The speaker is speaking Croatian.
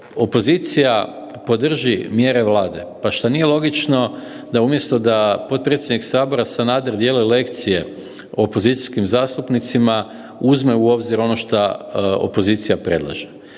opozicija podrži mjere Vlade, pa šta nije logično da umjesto da potpredsjednik sabora Sanader dijeli lekcije opozicijskim zastupnicima uzme u obzir ono šta opozicija predlaže.